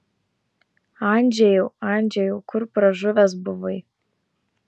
andžejau andžejau kur pražuvęs buvai